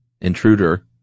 intruder